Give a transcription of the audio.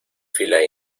fila